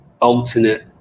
Alternate